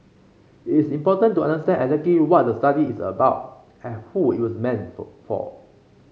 it's important to understand what the study is about and who it was meant for for